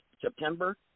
September